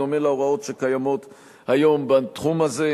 בדומה להוראות שקיימות היום בתחום הזה,